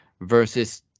versus